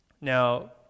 Now